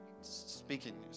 Speaking